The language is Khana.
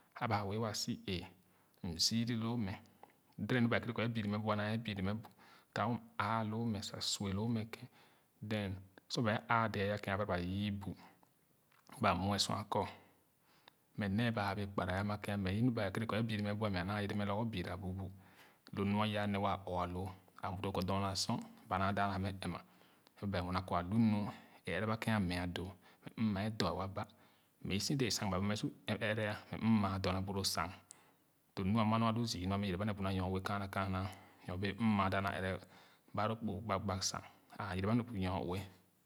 Ã ba a bèè wa si wee m züri loo mɛ deden nu ba wɛɛ kere kɔ abüri mɛ bu nee biin mɛ bu taawo m ãã loo mɛ sa suay loo mɛ ken then sor bẽẽ àà dɛɛ aya ken a bara ba yü bu ba muɛ sua kɔ mɛ nee ba wɛɛ kpara ama ken mɛ inu ba wɛɛ kere kɔ o biin me̱ bu mɛ a na yere ma lorgor biira bu loo lo nu aya nee waa aɔɔloo a doo kɔ dɔrna sor ba naa daa na mɛ ɛnma nyone kɔ a lu nu e ɛrɛ ba ken amɛ doo m mɛ doo wa ba mɛ i so dee sang ba bee mɛ su ɛrɛ mɛ m ma dorna bu lo sang lo nu ama nɔa alo zümu a mɛ yere ba ne bu na nyoue kaana kaana. nyo bee mma dana ɛrɛ ba loo kpu gbag gbag sang a yere ba mɛ ne bu nyoue.